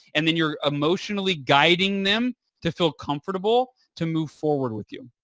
and then you're emotionally guiding them to feel comfortable to move forward with you.